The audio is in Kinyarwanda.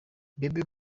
bebe